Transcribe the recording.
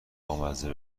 بامزه